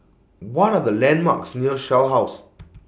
What Are The landmarks near Shell House